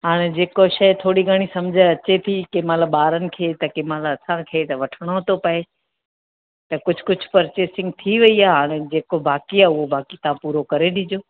हाणे जेको शइ थोरी घणी समुझ अचे थी कंहिं महिल ॿारनि खे त कंहिं महिल असांखे त वठिणो थो पए त कुझु कुझु पर्चेसिंग थी वई आहे हाणे जेको बाक़ी आहे उहो बाक़ी तव्हां पूरो करे ॾिजो